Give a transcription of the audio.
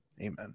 Amen